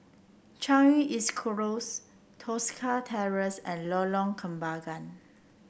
Changi East Close Tosca Terrace and Lorong Kembangan